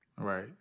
Right